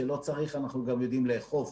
כשלא צריך אנחנו גם יודעים לאכוף.